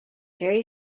very